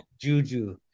juju